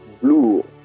blue